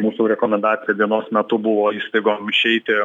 mūsų rekomendacija dienos metu buvo įstaigom išeiti